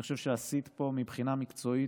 אני חושב שעשית פה, מבחינה מקצועית,